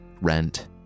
rent